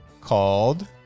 Called